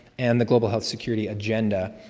and the global health security agenda,